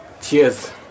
Cheers